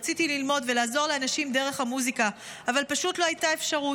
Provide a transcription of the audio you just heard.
רציתי ללמוד ולעזור לאנשים דרך המוזיקה אבל פשוט לא הייתה אפשרות.